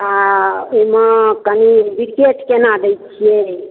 आओर ओइमे कनि बीघट केना दै छियै